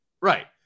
Right